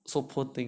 so poor thing